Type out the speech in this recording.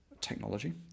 technology